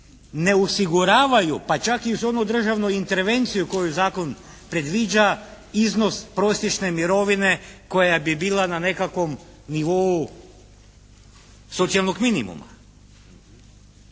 ne osiguravaju, pa čak i uz onu državnu intervenciju koju zakon predviđa iznos prosječne mirovine koja bi bila na nekakvom nivou socijalnog minimuma?